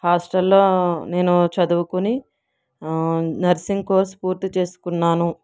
హాస్టల్లో నేను చదువుకుని నర్సింగ్ కోర్స్ పూర్తి చేసుకున్నాను